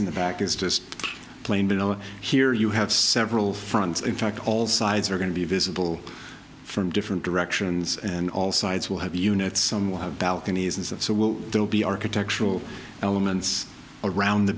in the back is just plain vanilla here you have several fronts in fact all sides are going to be visible from different directions and all sides will have you know it's somewhat balconies and so well they'll be architectural elements around the